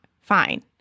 fine